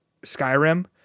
Skyrim